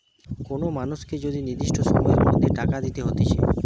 কোন মানুষকে যদি নির্দিষ্ট সময়ের মধ্যে টাকা দিতে হতিছে